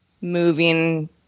moving